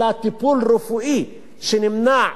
אלא טיפול רפואי שנמנע,